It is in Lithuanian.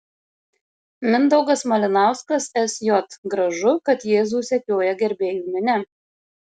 mindaugas malinauskas sj gražu kad jėzų sekioja gerbėjų minia